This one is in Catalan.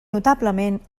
notablement